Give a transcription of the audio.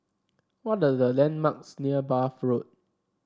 what are the landmarks near Bath Road